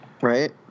right